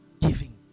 giving